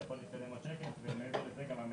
אפשר לראות משקף שגם מעבר לזה,